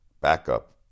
backup